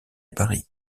paris